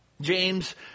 James